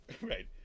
Right